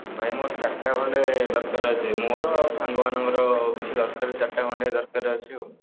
ଭାଇ ମୋର ଚାରିଟା ଖଣ୍ଡେ ଦରକାର ଅଛି ମୋର ଆଉ ସାଙ୍ଗମାନଙ୍କର କିଛି ଦରକାର ଚାରିଟା ଖଣ୍ଡ ଦରକାର ଅଛି ଆଉ